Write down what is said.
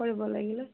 কৰিব লাগিলে